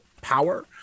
power